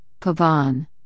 Pavan